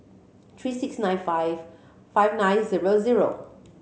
three six nine five five nine zero zero